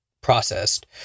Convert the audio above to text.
processed